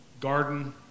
Garden